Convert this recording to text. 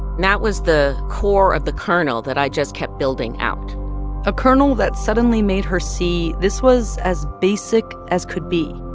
that was the core of the kernel that i just kept building out a kernel that suddenly made her see this was as basic as could be.